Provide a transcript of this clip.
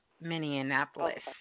Minneapolis